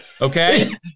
Okay